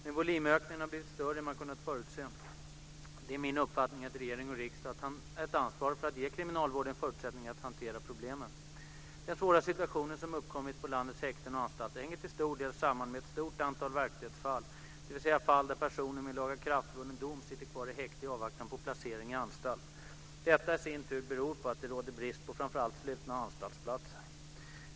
Men volymökningarna har blivit större än man kunnat förutse. Det är min uppfattning att regering och riksdag har ett ansvar för att ge kriminalvården förutsättningar att hantera problemen. Den svåra situationen som uppkommit på landets häkten och anstalter hänger till stor del samman med ett stort antal verkställighetsfall, dvs. fall där personer med en lagakraftvunnen dom sitter kvar i häkte i avvaktan på placering i anstalt. Detta i sin tur beror på att det råder brist på framför allt slutna anstaltsplatser.